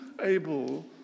able